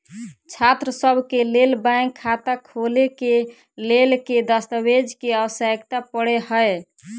छात्रसभ केँ लेल बैंक खाता खोले केँ लेल केँ दस्तावेज केँ आवश्यकता पड़े हय?